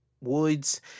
woods